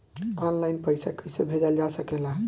आन line पईसा कईसे भेजल जा सेकला?